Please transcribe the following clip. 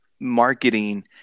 marketing